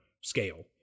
scale